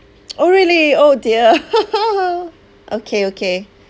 oh really oh dear okay okay